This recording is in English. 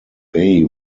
bey